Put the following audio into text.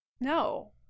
No